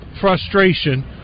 frustration